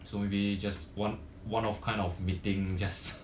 so maybe just one one of kind of meeting just